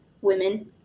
women